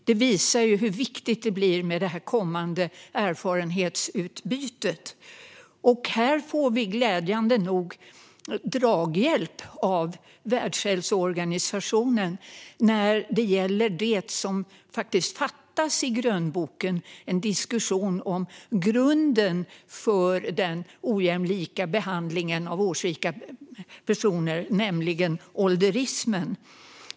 Det visar hur viktigt det blir med det kommande erfarenhetsutbytet. Här får vi glädjande nog draghjälp av Världshälsoorganisationen när det gäller det som faktiskt fattas i grönboken: en diskussion om grunden för den ojämlika behandlingen av årsrika personer, nämligen ålderismen.